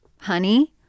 honey